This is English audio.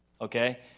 Okay